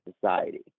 society